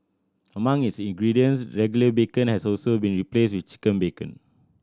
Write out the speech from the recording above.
among its ingredients regular bacon has also been replaced with chicken bacon